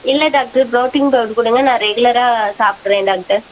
இல்லை doctor protein powder கொடுங்க நான் ரெகுலராக சாப்பிட்ருவேன் டாக்டர்